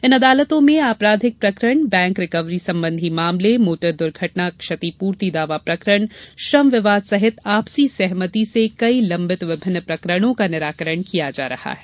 इन अदालतों में आपराधिक प्रकरण बैंक रिकवरी संबंधी मामले मोटर दूर्घटना क्षतिपूर्ति दावा प्रकरण श्रम विवाद सहित आपसी सहमति से कई लंबित विभिन्न प्रकरणों का निराकरण किया जा रहा है